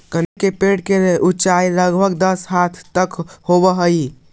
कनेर के पेड़ के ऊंचाई लगभग दस हाथ तक होवऽ हई